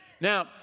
Now